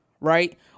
right